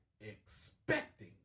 expecting